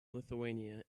lithuania